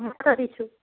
মাথা পিছু